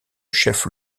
chefs